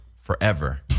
forever